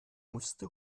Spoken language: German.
musste